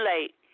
late